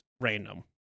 random